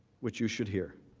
which you should here.